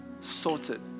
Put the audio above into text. sorted